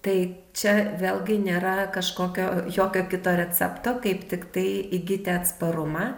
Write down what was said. tai čia vėlgi nėra kažkokio jokio kito recepto kaip tiktai įgyti atsparumą